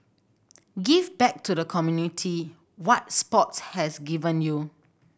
give back to the community what sports has given you